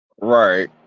right